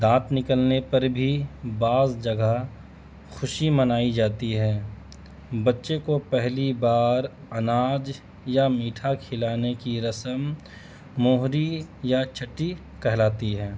دانت نکلنے پر بھی بعض جگہ خوشی منائی جاتی ہے بچے کو پہلی بار اناج یا میٹھا کھلانے کی رسم مہری یا چھٹی کہلاتی ہے